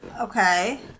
Okay